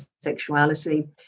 sexuality